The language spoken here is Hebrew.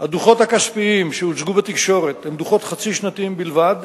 הדוחות הכספיים שהוצגו בתקשורת הם דוחות חצי-שנתיים בלבד,